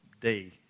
day